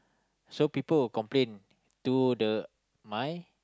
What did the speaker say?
so people will complain to the my